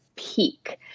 peak